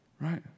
right